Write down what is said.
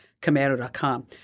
commando.com